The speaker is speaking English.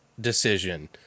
decision